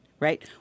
Right